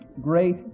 great